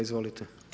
Izvolite.